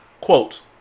Quote